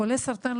חולה סרטן,